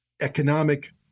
economic